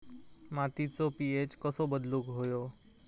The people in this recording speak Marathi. मातीचो पी.एच कसो बदलुक होयो?